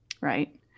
Right